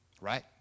right